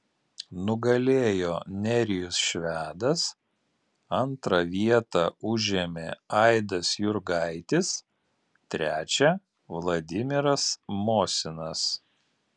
nugalėjo nerijus švedas antrą vietą užėmė aidas jurgaitis trečią vladimiras mosinas